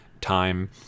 time